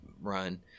run